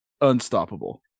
unstoppable